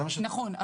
נכון.